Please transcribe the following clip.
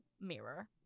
Mirror